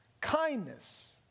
kindness